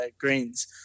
greens